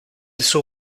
suo